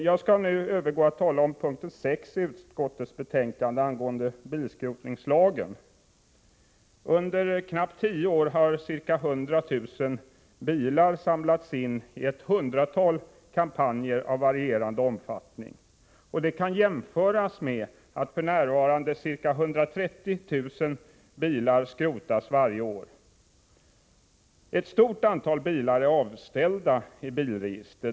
Jag skall nu övergå till att tala om vad utskottet skriver angående bilskrotningslagen. Under knappt tio år har ca 100 000 bilar samlats in i ett hundratal kampanjer av varierande omfattning. Det kan jämföras med att f.n. ca 130 000 bilar skrotas varje år. Ett stort antal bilar är avställda i bilregistret.